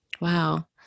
Wow